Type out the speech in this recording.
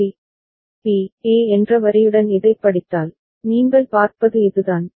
C P A என்ற வரியுடன் இதைப் படித்தால் நீங்கள் பார்ப்பது இதுதான்